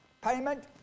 payment